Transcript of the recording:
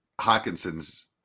Hawkinson's